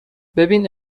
ببین